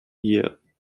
year